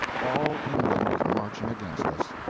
all england was marching against us!